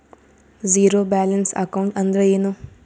Zero balance account ಅಂದ್ರ ಏನು?